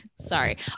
sorry